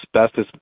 asbestos